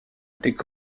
étaient